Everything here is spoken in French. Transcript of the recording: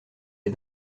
est